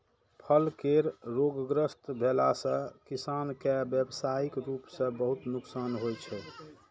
फल केर रोगग्रस्त भेला सं किसान कें व्यावसायिक रूप सं बहुत नुकसान होइ छै